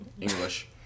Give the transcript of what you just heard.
English